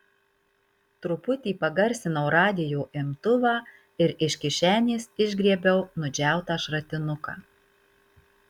truputį pagarsinau radijo imtuvą ir iš kišenės išgriebiau nudžiautą šratinuką